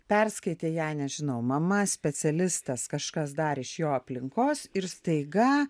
perskaitė ją nežinau mama specialistas kažkas dar iš jo aplinkos ir staiga